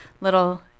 Little